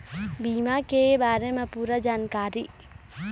बीमा के बारे म पूरा जानकारी?